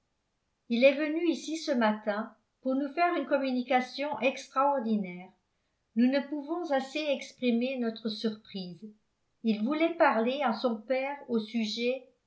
il est venu ici ce matin pour nous faire une communication extraordinaire nous ne pouvons assez exprimer notre surprise il voulait parler à son père au sujet